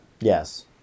Yes